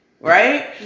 right